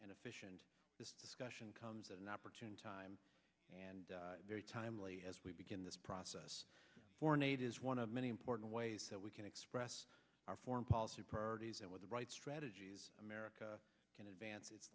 and efficient this discussion comes at an opportune time and very timely as we begin this process foreign aid is one of many important ways that we can express our foreign policy priorities and with the right strategies america can advan